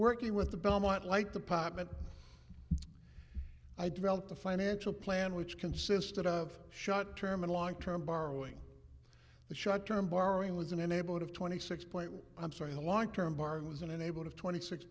working with the belmont light the pop and i developed a financial plan which consisted of shot term and long term borrowing the short term borrowing was in a neighborhood of twenty six point i'm sorry the long term borrowing was an enabler of twenty six